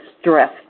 stress